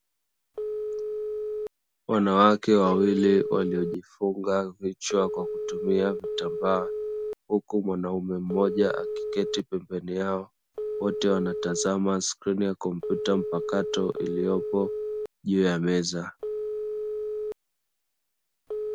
Wanawake wawili waliojifunga vichwa kwa kutumia vitambaa. Huku mwanaume mmoja akiketi pembeni yao. Wote wanatazama skrini ya kompyuta mpakato iliyopo juu ya meza.